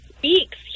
speaks